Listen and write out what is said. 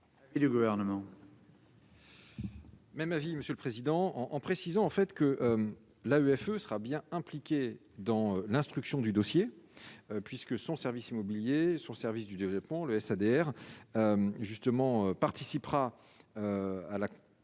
Même avis monsieur le président, en précisant en fait que la UFE sera bien impliqué dans l'instruction du dossier puisque son service immobilier sur le service du développement le SDR justement participera à la